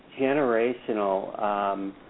generational